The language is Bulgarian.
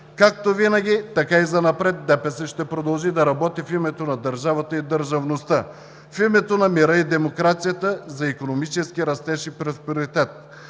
Както винаги, така и занапред ДПС ще продължи да работи в името на държавата и държавността, в името на мира и демокрацията, за икономически растеж и просперитет!